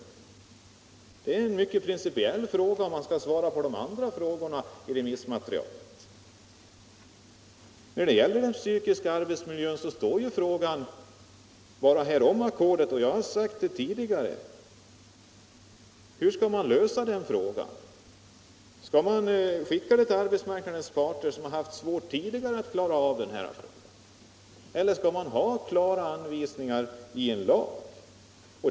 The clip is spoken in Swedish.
Det är en principiellt viktig punkt när det gäller att besvara frågorna i remissmaterialet. När det gäller den fysiska arbetsmiljön tar man bara upp spörsmålet om ackorden. Jag har tidigare frågat hur man skall lösa detta. Skall det överlåtas åt arbetsmarknadens parter, som tidigare haft svårigheter att klara detta, eller skall man ha klara anvisningar i en lag?